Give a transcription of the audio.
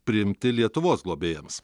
priimti lietuvos globėjams